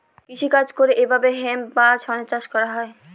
কৃষি কাজ করে এইভাবে হেম্প বা শনের চাষ হয়